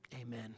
Amen